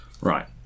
Right